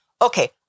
Okay